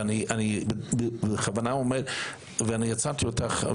אני בכוונה אומר ואני עצרתי אותך.